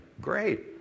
Great